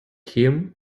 him